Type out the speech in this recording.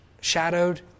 shadowed